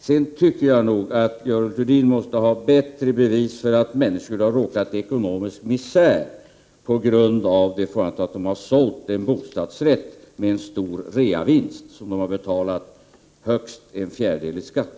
Sedan tycker jag att Görel Thurdin måste ha bättre bevis för att människor har råkat i ekonomisk misär på grund av det förhållandet att de har sålt en bostadsrätt med en stor reavinst, varav de har betalat högst en fjärdedel i skatt.